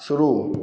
शुरू